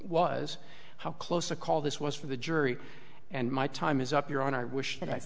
was how close a call this was for the jury and my time is up your own i wish that i